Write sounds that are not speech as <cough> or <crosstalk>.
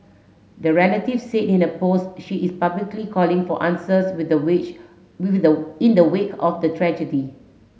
the relative said in the post she is publicly calling for answers in the which in <unintelligible> in the wake of the tragedy